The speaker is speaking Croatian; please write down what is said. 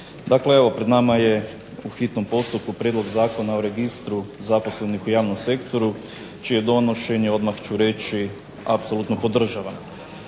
Dakle evo pred nama je u hitnom postupku Prijedlog Zakona o registru zaposlenih u javnom sektoru, čije donošenje, odmah ću reći, apsolutno podržavam.